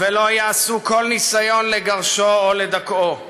ולא יעשו כל ניסיון לגרשו או לדכאו.